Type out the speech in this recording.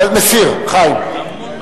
לא נתקבלה.